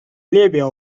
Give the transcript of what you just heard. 列表